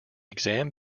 exam